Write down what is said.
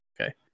Okay